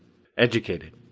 educated.